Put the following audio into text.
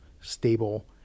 stable